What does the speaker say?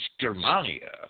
Germania